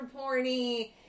porny